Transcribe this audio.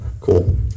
Cool